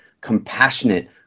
compassionate